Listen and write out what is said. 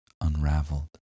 unraveled